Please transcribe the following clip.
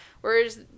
whereas